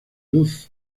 luz